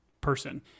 person